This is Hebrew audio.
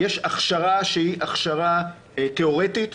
שהיא הכשרה תיאורטית,